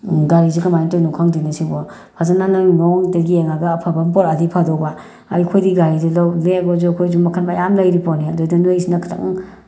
ꯒꯥꯔꯤꯁꯦ ꯀꯃꯥꯏꯅ ꯇꯧꯔꯤꯅꯣ ꯈꯪꯗꯦꯅꯦ ꯁꯤꯕꯣ ꯐꯖꯅ ꯅꯪꯒꯤ ꯃꯑꯣꯡꯗ ꯌꯦꯡꯉꯒ ꯑꯐꯕ ꯑꯃ ꯄꯣꯔꯛꯑꯗꯤ ꯐꯗꯧꯕ ꯑꯩꯈꯣꯏꯗꯤ ꯒꯥꯔꯤꯗꯣ ꯂꯦꯝꯃꯁꯨ ꯑꯩꯈꯣꯏꯁꯨ ꯃꯈꯟ ꯃꯌꯥꯝ ꯂꯩꯔꯤꯄꯣꯠꯅꯤ ꯑꯗꯨꯗ ꯅꯣꯏꯒꯤꯁꯤꯅ ꯈꯤꯇꯪ